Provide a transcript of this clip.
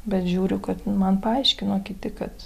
bet žiūriu kad man paaiškino kiti kad